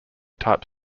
type